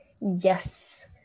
Yes